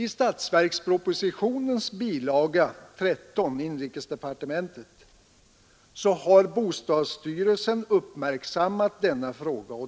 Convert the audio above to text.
I statsverkspropositionens bilaga 13, inrikesdepartementet, har bostadsstyrelsen uppmärksammat denna fråga.